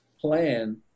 plan